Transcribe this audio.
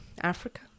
africa